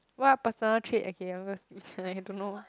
what personal trait okay I'm gonna skip I don't know